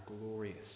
glorious